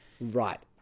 right